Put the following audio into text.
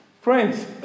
Friends